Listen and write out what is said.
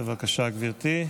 בבקשה, גברתי.